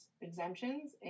Exemptions